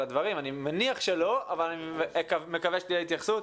הדברים - אני מניח שלא - אני מקווה שתהיה התייחסות.